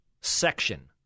section